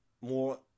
more